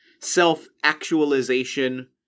self-actualization